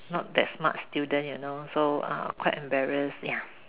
not that smart student you know so uh quite embarrass ya